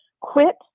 quit